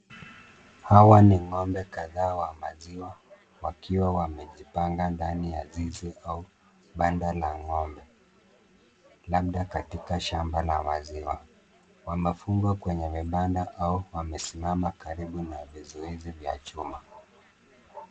Hawa ni Ng'ombe kadhaa wa maziwa wakiwa wamejipanga ndani ya zizi au banda la ng'ombe labda katika shamba la maziwa. Wamefungwa kwenye vibanda au wamesimama kando ya vizuizi vya chuma.